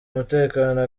umutekano